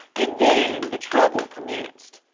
and then the trouble commenced.